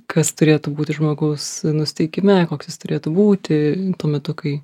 kas turėtų būti žmogaus nusiteikime koks jis turėtų būti tuo metu kai